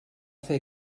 fer